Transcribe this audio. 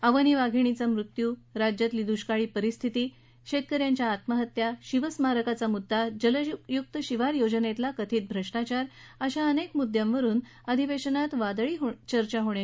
अवनी वाधिणीचा मृत्यू राज्यातली दुष्काळ परिस्थिती शेतकऱ्यांच्या आत्महत्या शिवस्मारकाचा मुद्दा जलयुक्त शिवार योजनेतला कथित भ्रष्टाचार अशा अनेक मुद्यांवरून अधिवेशनात वादळी चर्चा होण्याची शक्यता आहे